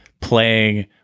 playing